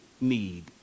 need